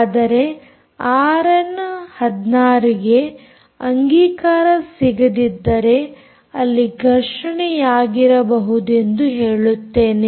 ಆದರೆ ಆರ್ಎನ್16ಗೆ ಅಂಗೀಕಾರ ಸಿಗದಿದ್ದರೆ ಅಲ್ಲಿ ಘರ್ಷಣೆಯಾಗಿರಬಹುದೆಂದು ಹೇಳುತ್ತೇನೆ